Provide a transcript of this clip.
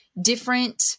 different